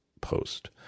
post